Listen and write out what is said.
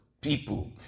people